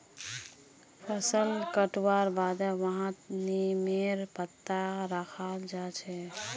फसल कटवार बादे वहात् नीमेर पत्ता रखाल् जा छे